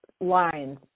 lines